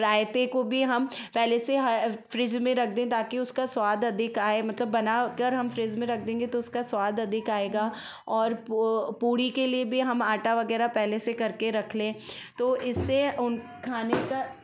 रायते को भी हम पहले से ही फ्रीज़ में रख दें ताकि उसका स्वाद अधिक आए मतलब बना कर हम फ्रीज़ में रख देंगे तो उसका स्वाद अधिक आएगा और पो पूड़ी के लिए भी हम आटा वागराह पहले से कर के रख लें तो इससे उन खाने का